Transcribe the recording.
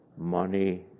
Money